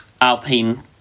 Alpine